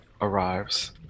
arrives